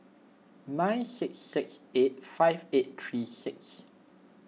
nine six six eight five eight three six